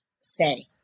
say